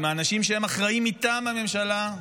עם האנשים שהם אחראים מטעם הממשלה,